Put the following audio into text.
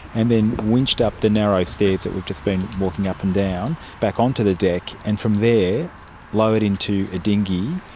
and then winched up the narrow stairs that we've just been walking up and down, back onto the deck and from there lowered into a dinghy,